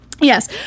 Yes